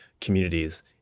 communities